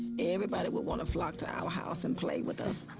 everybody would wanna flock to our house and play with us.